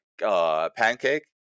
Pancake